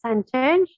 percentage